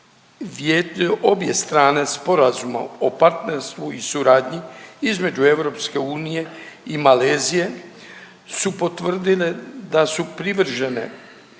obje strane sporazuma o partnerstvu i suradnji između EU i Malezije su potvrdile da su privržene